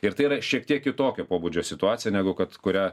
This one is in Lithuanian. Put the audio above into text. ir tai yra šiek tiek kitokio pobūdžio situacija negu kad kurią